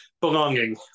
Belonging